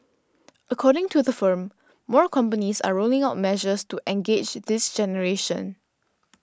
according to the firm more companies are rolling out measures to engage this generation